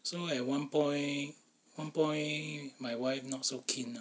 so at one point one point my wife not so keen lah